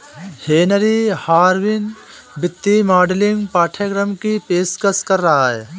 Henry Harvin वित्तीय modelling पाठ्यक्रम की पेशकश कर रहा हैं